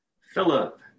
Philip